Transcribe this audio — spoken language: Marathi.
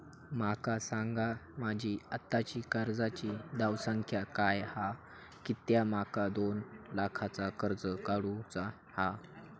माका सांगा माझी आत्ताची कर्जाची धावसंख्या काय हा कित्या माका दोन लाखाचा कर्ज काढू चा हा?